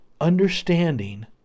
understanding